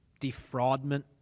defraudment